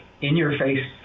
in-your-face